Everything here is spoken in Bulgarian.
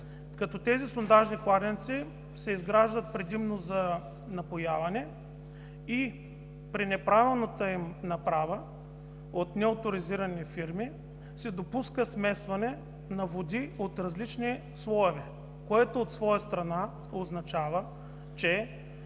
като тези сондажни кладенци се изграждат предимно за напояване? При неправилната им направа от неоторизирани фирми се допуска смесване на води от различни слоеве. Това означава, че